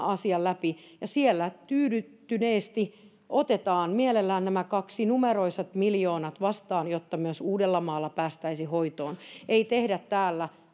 asian läpi ja siellä tyydyttyneesti otetaan mielellään nämä kaksinumeroiset miljoonat vastaan jotta myös uudellamaalla päästäisiin hoitoon ei tehdä täällä